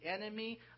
enemy